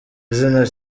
izina